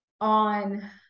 On